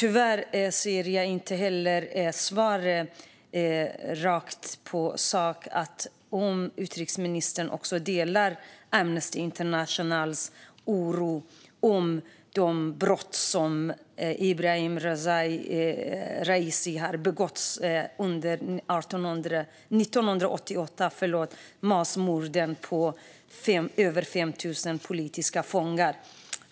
Tyvärr ser jag i svaret inte heller rakt på sak att utrikesministern delar Amnesty Internationals oro gällande de brott som Ebrahim Raisi begick under 1988. Det handlar om massmorden på över 5 000 politiska fångar.